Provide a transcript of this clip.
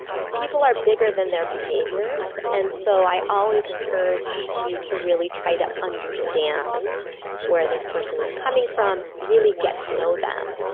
people are bigger than their behaviors, and so i always encourage you to really try to understand where this person is coming from, really get to know them.